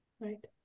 Right